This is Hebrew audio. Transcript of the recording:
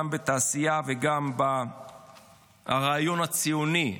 גם בתעשייה וגם ברעיון הציוני.